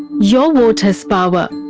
your vote has power.